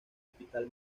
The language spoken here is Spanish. hospital